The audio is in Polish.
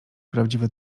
prawdziwe